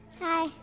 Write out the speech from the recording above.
hi